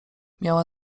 miała